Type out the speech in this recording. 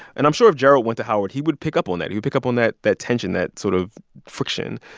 and i'm sure if gerald went to howard, he would pick up on that. he would up on that that tension, that sort of friction.